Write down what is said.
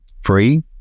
free